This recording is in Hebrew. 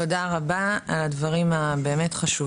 תודה רבה על הדברים החשובים.